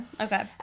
Okay